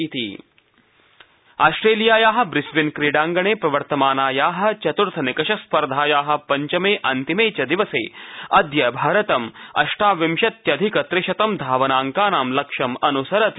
क्रिकी आस्ट्रेलियायाः ब्रिस्बेन क्रीडाङ्गणे प्रवर्तमानायाः चतुर्थ निकषस्पर्धायाः पञ्चमे अन्तिमे च दिवसे अद्य भारतं अष्टाविंशत्यधिक त्रिशतं धावनाङ्कानां लक्ष्यं अनुसरति